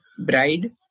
bride